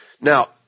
now